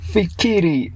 Fikiri